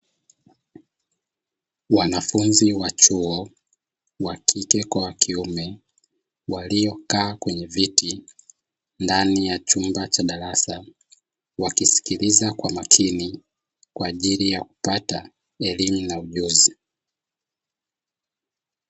Wanafunzi wa chuo wa kike kwa wa kiume waliokaa kwenye viti ndani ya chumba cha darasa wakisikiliza kwa makini kwa ajili ya kupata elimu na ujuzi.